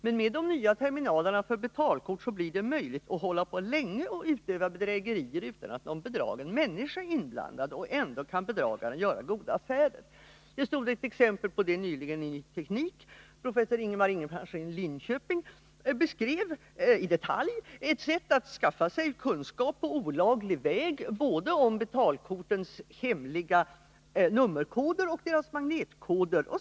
Men med de nya terminalerna för betalkort blir det möjligt att länge utöva bedrägerier utan att någon bedragen människa är inblandad, och ändå kan bedragaren göra goda affärer. Ett exempel på detta Nr 28 stod nyligen att läsa i Ny Teknik, där professor Ingemar Ingemarsson i Linköping i detalj beskrev ett sätt att skaffa sig kunskap på olaglig väg både om betalkortens hemliga nummerkoder och om deras magnetkoder.